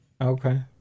Okay